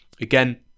Again